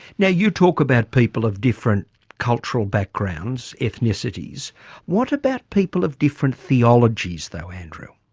now you talk about people of different cultural backgrounds, ethnicities what about people of different theologies though andrew?